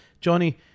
Johnny